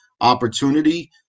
opportunity